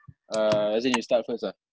uh as in you start first ah